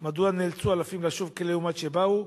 2. מדוע נאלצו אלפים לשוב כלעומת שבאו?